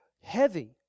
heavy